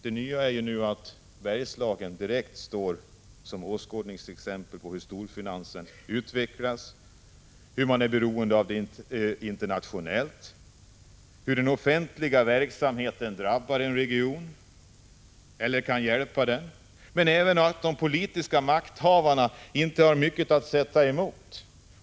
Det nya är att Bergslagen nu direkt står som åskådningsexempel på hur storfinansen utvecklas, hur internationellt beroende man är och hur den offentliga verksamheten drabbar en region eller kan hjälpa den, men även att de politiska makthavarna inte har mycket att sätta emot.